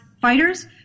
fighters